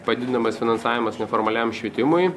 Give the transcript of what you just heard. padidinamas finansavimas neformaliam švietimui